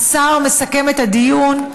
השר מסכם את הדיון.